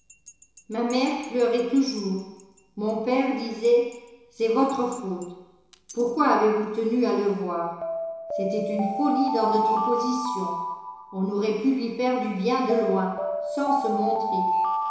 ma mère pleurait toujours mon père disait c'est votre faute pourquoi avez-vous tenu à le voir c'était une folie dans notre position on aurait pu lui faire du bien de loin sans se montrer